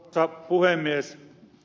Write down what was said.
arvoisa puhemies